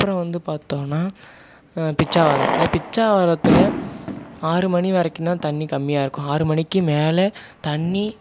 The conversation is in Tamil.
அப்றம் வந்து பாத்தோம்னா பிச்சாவரம் இந்த பிச்சாவரத்தில் ஆறு மணி வரைக்கும்தா தண்ணீர் கம்மியாக இருக்கும் ஆறு மணிக்கு மேல் தண்ணீர்